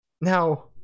now